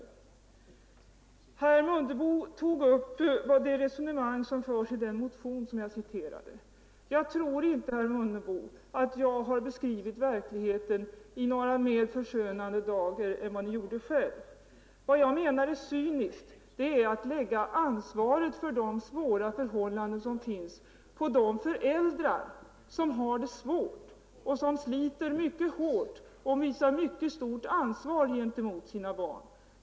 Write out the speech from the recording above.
Herr Mundebo tog upp det resonemang som förs i den motion jag citerade ur. Jag tror inte, herr Mundebo, att jag har beskrivit verkligheten i några mera förskönande drag än Ni gjorde själv. Vad jag anser vara cyniskt är att lägga ansvaret för de svåra förhållanden som råder på de föräldrar som har det besvärligt, som sliter hårt och visar mycket stor omtanke om sina barn.